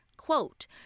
quote